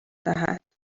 دهد